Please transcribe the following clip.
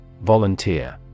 Volunteer